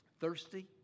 thirsty